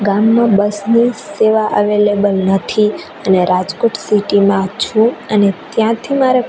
ગામમાં બસની સેવા અવેલેબલ નથી અને રાજકોટ સિટીમાં છું અને ત્યાંથી મારે